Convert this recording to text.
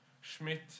Schmidt